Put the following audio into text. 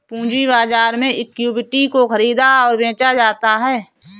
पूंजी बाजार में इक्विटी को ख़रीदा और बेचा जाता है